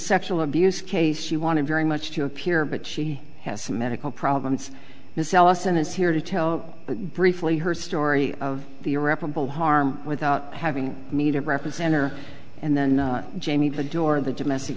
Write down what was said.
sexual abuse case she wanted very much to appear but she has some medical problems miss ellison is here to tell briefly her story of the irreparable harm without having me to represent her and then jamie the door of the domestic